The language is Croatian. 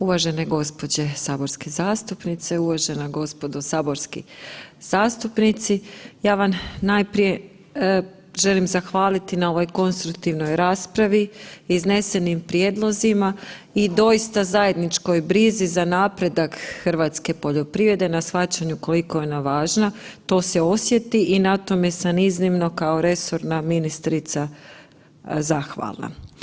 Uvažene gospođe saborske zastupnice, uvažena gospodo saborski zastupnici, ja vam najprije želim zahvaliti na ovoj konstruktivnoj raspravi, iznesenim prijedlozima i doista zajedničkoj brizi za napredak hrvatske poljoprivrede, na shvaćanju koliko je ona važna, to se osjeti i na tome sam iznimno kao resorna ministrica zahvalna.